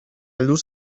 luz